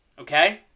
okay